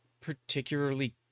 particularly